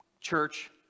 church